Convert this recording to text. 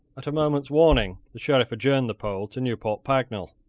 at a moment's warning the sheriff adjourned the poll to newport pagnell.